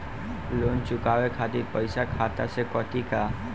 Loan चुकावे खातिर पईसा खाता से कटी का?